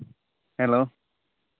hello